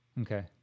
Okay